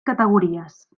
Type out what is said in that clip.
categories